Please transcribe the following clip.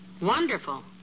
Wonderful